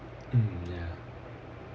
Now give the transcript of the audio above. mm ya